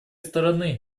стороны